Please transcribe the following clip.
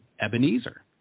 Ebenezer